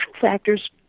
factors